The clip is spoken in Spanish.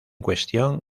cuestión